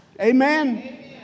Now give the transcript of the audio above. Amen